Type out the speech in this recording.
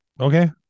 Okay